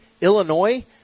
Illinois